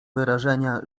wyrażenia